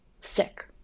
sick